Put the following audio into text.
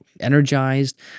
energized